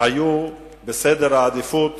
בסדר העדיפות